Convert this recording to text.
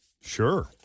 Sure